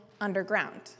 underground